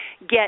get